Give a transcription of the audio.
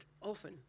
often